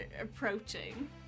approaching